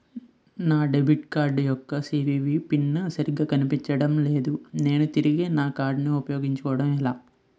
నా debit card యెక్క CVV PIN సరిగా కనిపించడం లేదు నేను తిరిగి నా కార్డ్ఉ పయోగించుకోవడం ఎలా?